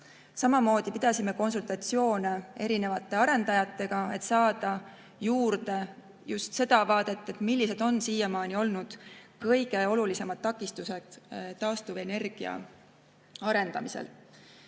Samamoodi pidasime konsultatsioone arendajatega, et saada juurde just see vaatepunkt, millised on siiamaani olnud kõige olulisemad takistused taastuvenergeetika arendamisel.